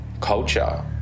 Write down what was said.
culture